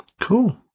Cool